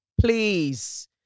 Please